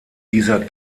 dieser